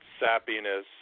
sappiness